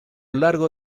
largo